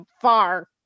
far